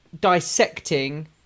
Dissecting